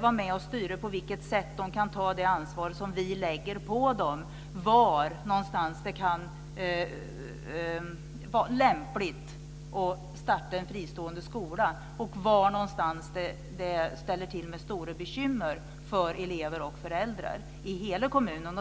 vara med och styra på vilket sätt de kan ta det ansvar som vi lägger på dem var någonstans det kan vara lämpligt att starta en fristående skola och var någonstans det ställer till med stora bekymmer för elever och föräldrar i hela kommunen.